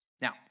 Now